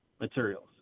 materials